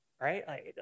right